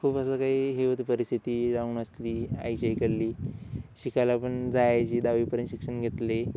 खूप असं काही हे होतं परिस्थिती राहुन असली आईची आईच्याइकडली शिकायला पण जायची दहावीपर्यंत शिक्षण घेतले